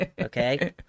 Okay